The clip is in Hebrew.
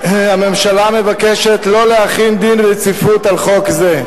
הממשלה מבקשת לא להחיל דין רציפות על חוק זה.